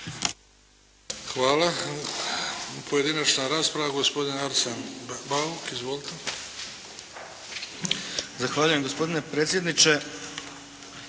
Hvala. Pojedinačna rasprava. Gospodin Arsen Bauk. Izvolite. **Bauk, Arsen (SDP)** Zahvaljujem gospodine predsjedniče.